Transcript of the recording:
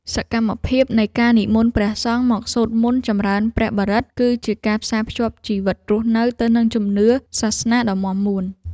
សកម្មភាពនៃការនិមន្តព្រះសង្ឃមកសូត្រមន្តចម្រើនព្រះបរិត្ត គឺជាការផ្សារភ្ជាប់ជីវិតរស់នៅទៅនឹងជំនឿសាសនាដ៏មាំមួន។